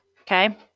Okay